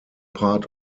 part